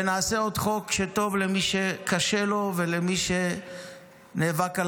ונעשה עוד חוק שטוב למי שקשה לו ולמי שנאבק על